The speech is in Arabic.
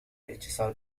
الإتصال